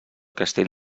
castell